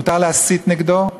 מותר להסית נגדו,